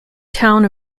town